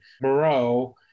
Moreau